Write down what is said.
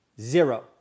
zero